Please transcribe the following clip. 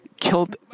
killed